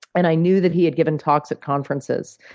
and i knew that he had given talks at conferences.